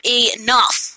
enough